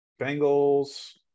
Bengals